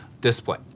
display